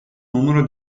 numero